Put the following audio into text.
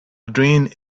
doing